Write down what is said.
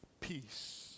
peace